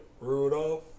Rudolph